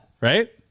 right